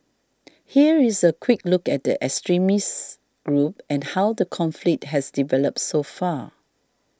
here is a quick look at the extremist group and how the conflict has developed so far